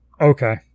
okay